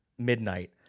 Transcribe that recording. midnight